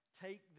take